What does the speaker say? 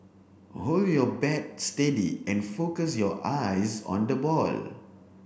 hold your bat steady and focus your eyes on the ball